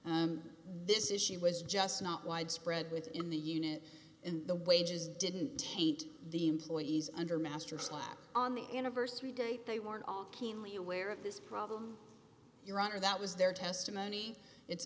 this issue was just not widespread within the unit and the wages didn't taint the employees under master slap on the anniversary date they weren't off keenly aware of this problem your honor that was their testimony it